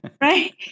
right